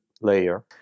layer